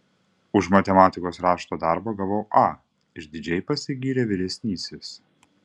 už matematikos rašto darbą gavau a išdidžiai pasigyrė vyresnysis